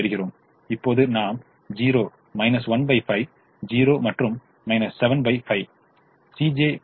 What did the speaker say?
இப்போது நாம் 0 115 0 மற்றும் 75 Cj Zj's ஐக் கணக்கிடுகிறோம்